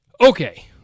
Okay